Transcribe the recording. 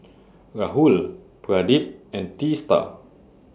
Rahul Pradip and Teesta